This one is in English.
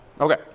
Okay